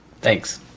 Thanks